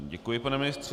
Děkuji, pane ministře.